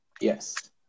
Yes